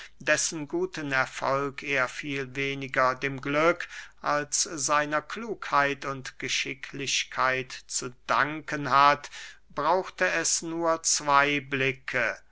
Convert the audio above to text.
dessen guten erfolg er viel weniger dem glück als seiner klugheit und geschicklichkeit zu danken hat brauchte es nur zwey blicke